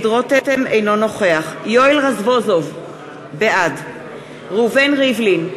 אינו נוכח יואל רזבוזוב, בעד ראובן ריבלין,